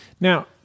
Now